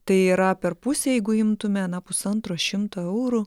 tai yra per pusę jeigu imtume na pusantro šimto eurų